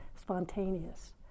spontaneous